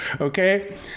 Okay